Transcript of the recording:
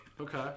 Okay